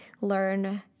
learn